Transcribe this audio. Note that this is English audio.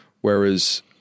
whereas